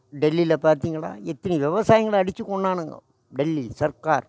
டெல்லியில் பார்த்தீங்களா எத்தினி விவசாயிகள அடித்து கொன்னாங்கோ டெல்லி சர்க்கார்